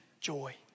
joy